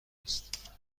است